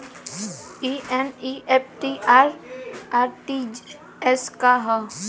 ई एन.ई.एफ.टी और आर.टी.जी.एस का ह?